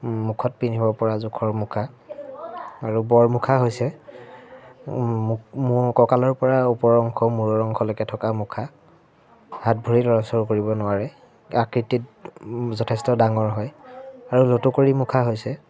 মুখত পিন্ধিব পৰা জোখৰ মুখা আৰু বৰ মুখা হৈছে কঁকালৰপৰা ওপৰ অংশ মূৰৰ অংশলৈকে থকা মুখা হাত ভৰি লৰচৰ কৰিব নোৱাৰে আকৃতিত যথেষ্ট ডাঙৰ হয় আৰু লুটুকৰি মুখা হৈছে